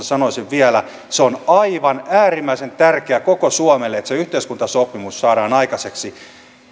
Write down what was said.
sanoisin vielä se on aivan äärimmäisen tärkeää koko suomelle että se yhteiskuntasopimus saadaan aikaiseksi